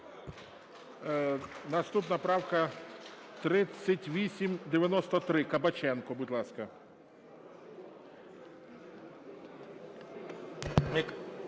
Наступна правка 3893, Кабаченко. Будь ласка.